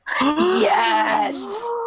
Yes